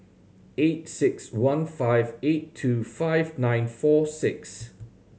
eight six one five eight two five nine four six